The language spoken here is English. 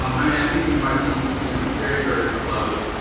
um i mean i think we might be, you know very, very close.